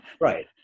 Right